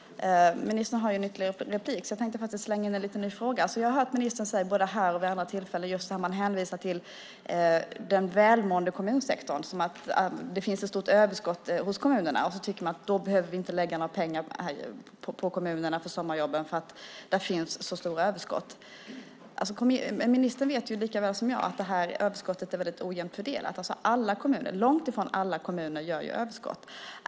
Ministern har ett ytterligare inlägg. Därför tänkte jag faktiskt slänga in en liten ny fråga. Jag har hört ministern både här och vid andra tillfällen hänvisa till den välmående kommunsektorn, som om det finns ett stort överskott hos kommunerna. Man tycker att vi inte behöver lägga några pengar på kommunerna när det gäller sommarjobben eftersom det där finns så stora överskott. Ministern vet likaväl som jag att det här överskottet är väldigt ojämnt fördelat. Långtifrån alla kommuner har överskott.